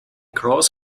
cross